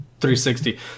360